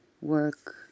work